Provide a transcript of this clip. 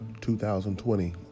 2020